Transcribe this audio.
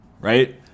right